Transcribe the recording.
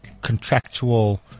contractual